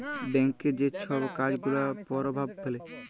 ব্যাংকের যে ছব কাজ গুলা পরভাব ফেলে